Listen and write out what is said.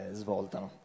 svoltano